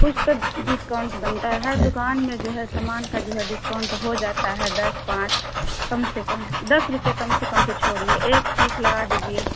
کچھ تو ڈسکاؤنٹ بنتا ہے ہر دکان میں جو ہے سامان کا جو ہے ڈسکاؤنٹ ہو جاتا ہے دس پانچ کم سے کم دس روپئے کم سے کم تو چھوڑیے ایک تیس لگا دیجیے